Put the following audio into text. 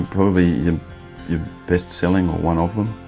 probably you know your best selling or one of them,